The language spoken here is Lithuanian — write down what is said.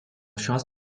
šios